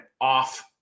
off